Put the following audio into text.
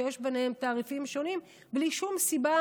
שיש ביניהן תעריפים שונים בלי שום סיבה